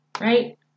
right